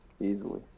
Easily